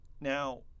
Now